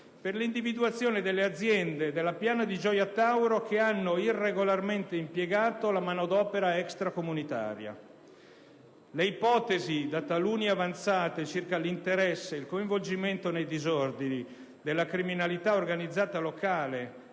per l'individuazione delle aziende della piana di Gioia Tauro che hanno irregolarmente impiegato la manodopera extracomunitaria. Le ipotesi da taluni avanzate circa l'interesse e il coinvolgimento nei disordini della criminalità organizzata locale,